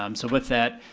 um so with that,